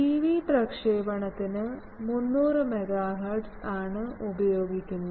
TV പ്രക്ഷേപണത്തിന് 300 MHz ആണ് ഉപയോഗിക്കുന്നത്